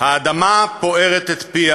האדמה פוערת את פיה